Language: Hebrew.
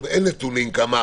אין נתונים כמה